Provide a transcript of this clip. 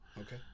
Okay